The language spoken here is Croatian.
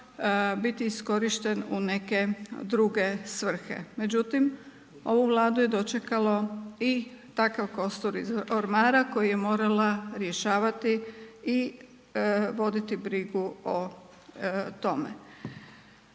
biti iskorišten u neke druge svrhe. Međutim, ovu Vladu je dočekalo i takav kostur iz ormara koju je morala rješavati i voditi brigu o tome.